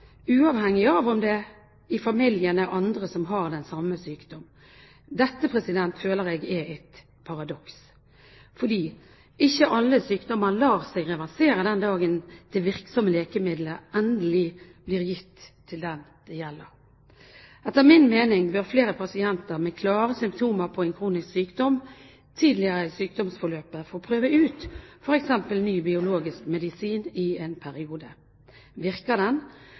uavhengig av om det i familien er andre som har den samme sykdommen. Dette føler jeg er et paradoks. Ikke alle sykdommer lar seg reversere den dagen det virksomme legemiddelet endelig blir gitt til den det gjelder. Etter min mening bør flere pasienter med klare symptomer på en kronisk sykdom tidligere i sykdomsforløpet få prøve ut f.eks. ny biologisk medisin i en periode. Virker den,